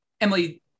Emily